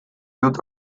dut